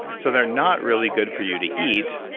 so they're not really good for you to eat.